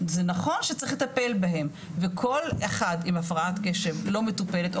זה נכון שצריך לטפל בהם וכל אחד עם הפרעת קשב לא מטופלת,